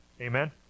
Amen